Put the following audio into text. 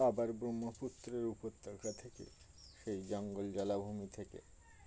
আবার ব্রহ্মপুত্রের উপত্যকা থেকে সেই জঙ্গল জলাভূমি থেকে